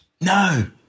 No